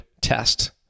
test